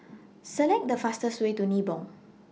Select The fastest Way to Nibong